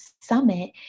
summit